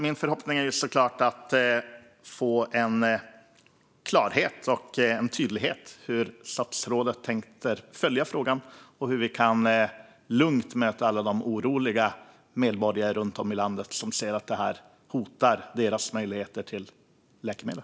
Min förhoppning är såklart att få klarhet i och tydligt besked om hur statsrådet kommer att följa frågan och att vi lugnt kan möta alla de oroliga medborgare runt om i landet som ser att det här hotar deras tillgång till läkemedel.